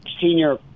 senior